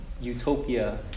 utopia